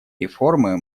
реформы